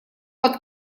под